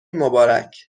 مبارک